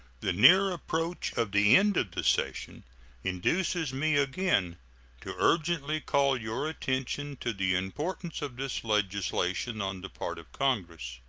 the near approach of the end of the session induces me again to urgently call your attention to the importance of this legislation on the part of congress.